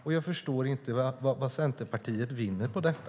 Och jag förstår inte vad Centerpartiet vinner på detta.